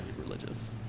religious